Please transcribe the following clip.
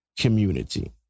community